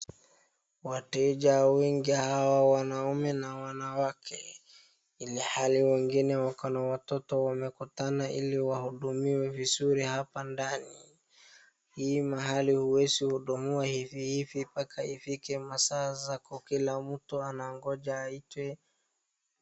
Wateja wengi hawa wanaume na wanawake ilhali wengine wako na watoto wamefuatana ili wahudumiwe vizuri hapa ndani. Hii mahali huwezi hudumiwa hivi hivi mpaka ifike masaa zako, kila mtu anangoja aitwe.